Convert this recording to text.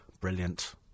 Brilliant